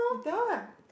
you tell lah